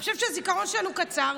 הוא חושב שהזיכרון שלנו קצר,